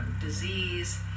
disease